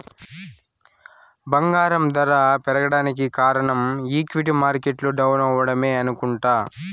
బంగారం దర పెరగేదానికి కారనం ఈక్విటీ మార్కెట్లు డౌనవ్వడమే అనుకుంట